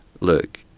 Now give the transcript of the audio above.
look